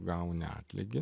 gauni atlygį